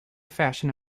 fashion